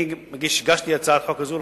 אני הגשתי הצעת חוק כזאת,